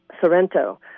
Sorrento